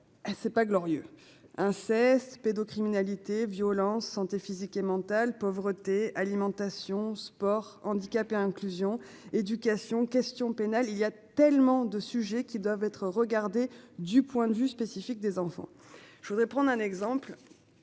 c'est pas glorieux inceste. Pédocriminalité violence santé physique et mentale pauvreté alimentation sport handicapées inclusion éducation questions pénales il y a tellement de sujets qui doivent être regardée. Du point de vue spécifiques des enfants. Je voudrais prendre un exemple.